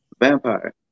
vampire